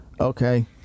okay